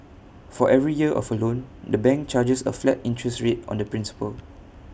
for every year of loan the bank charges A flat interest rate on the principal